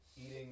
eating